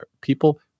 people